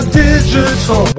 digital